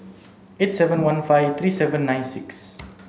eight seven one five three seven nine six